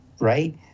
Right